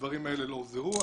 הדברים האלה לא הוסדרו.